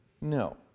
No